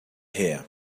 here